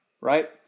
right